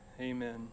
Amen